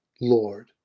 Lord